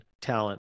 talent